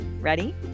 Ready